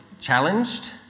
challenged